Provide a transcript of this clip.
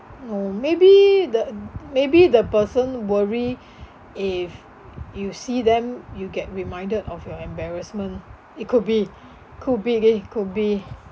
oh maybe the maybe the person worry if you see them you get reminded of your embarrassment it could be could be eh could be